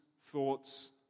thoughts